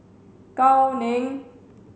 Gao Ning